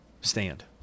Stand